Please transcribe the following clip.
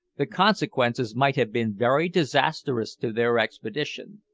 the consequences might have been very disastrous to their expedition.